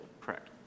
Correct